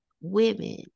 women